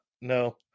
No